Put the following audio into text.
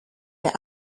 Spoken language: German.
der